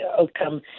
outcome